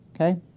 Okay